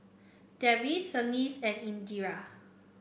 Devi Verghese and Indira